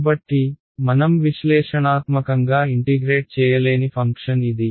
కాబట్టి మనం విశ్లేషణాత్మకంగా ఇంటిగ్రేట్ చేయలేని ఫంక్షన్ ఇది